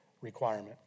Requirement